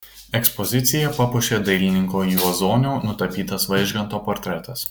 ekspoziciją papuošė dailininko juozonio nutapytas vaižganto portretas